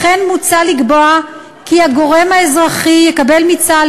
לכן מוצע לקבוע כי הגורם האזרחי יקבל מצה"ל